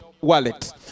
wallet